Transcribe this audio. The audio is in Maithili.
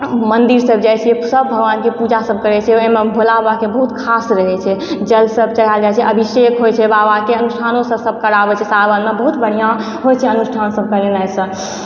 मंदिर सब जाइ छै सब भगवान के पूजा सब करै छै ओहिमे भोला बाबा के बहुत ख़ास रहयै छै जल सब चढ़ायल जाइ छै अभिषेक होइ छै बाबा के अनुषठान सब कराबै छै सावन मे बहुत बढ़िऑं होइ छै अनुषठान सब करने सॅं